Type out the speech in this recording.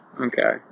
Okay